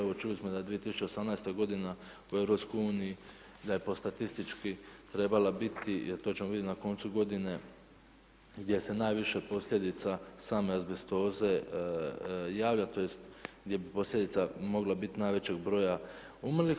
Evo čuli smo da je 2018. godina u Europskoj uniji da je po statistički trebala biti, a to ćemo vidjeti na koncu godinu gdje se najviše posljedica same azbestoze javlja tj. gdje bi posljedica mogla biti najvećeg broja umrlih.